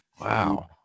Wow